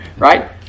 Right